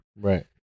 Right